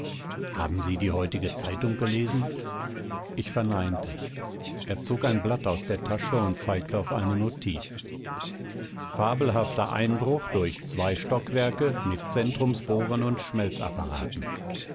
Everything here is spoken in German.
haben sie die heutige zeitung gelesen ich verneinte er zog ein blatt aus der tasche und zeigte auf eine notiz nun und